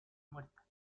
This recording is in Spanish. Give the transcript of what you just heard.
muerta